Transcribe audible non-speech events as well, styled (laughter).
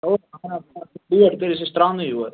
(unintelligible) کرِتھ سُہ چھُ تَراونٕے یوت